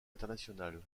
internationale